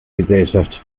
gesellschaft